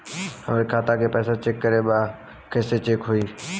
हमरे खाता के पैसा चेक करें बा कैसे चेक होई?